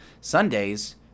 Sundays